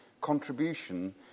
contribution